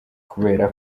kubera